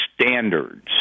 standards